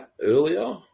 earlier